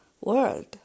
world